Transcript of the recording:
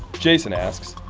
jason asks,